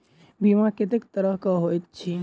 बीमा कत्तेक तरह कऽ होइत छी?